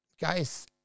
guys